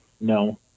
no